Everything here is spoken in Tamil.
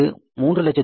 அது 322000